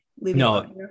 No